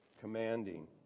commanding